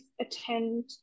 attend